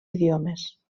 idiomes